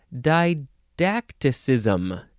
didacticism